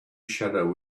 shadow